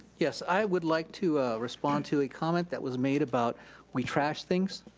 yes, i would like to respond to a comment that was made about we trashed things.